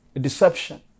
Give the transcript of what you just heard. deception